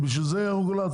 לשם כך היא הרגולטור.